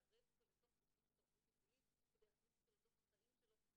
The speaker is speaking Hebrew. לערב אותו לתוך תוכנית התערבות טיפולית כדי להכניס אותו לתוך החיים שלו.